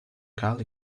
gully